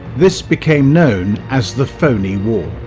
this became known as the phony war.